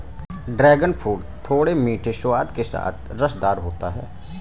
dragon fruit थोड़े मीठे स्वाद के साथ रसदार होता है